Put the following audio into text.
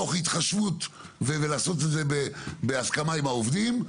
תוך התחשבות והסכמה עם העובדים.